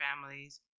families